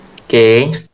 Okay